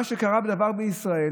מה שקרה בישראל,